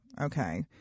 Okay